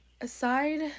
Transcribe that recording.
aside